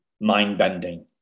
mind-bending